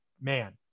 man